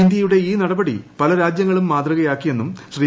ഇന്ത്യയുടെ ഈ നടപടി പല രാജ്യങ്ങളും മാതൃകയാക്കിയെന്നും ശ്രീ